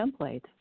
template